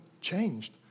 changed